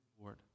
Lord